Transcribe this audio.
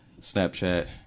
Snapchat